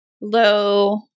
low